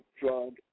drug